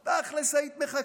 היית מחכה קצת,